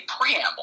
preamble